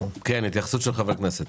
התייחסות חברי הכנסת.